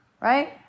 right